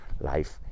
life